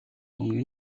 мөн